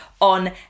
on